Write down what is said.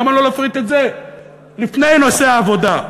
למה לא להפריט את זה לפני נושא העבודה?